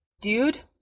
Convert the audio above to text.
dude